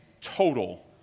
total